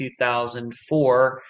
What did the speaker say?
2004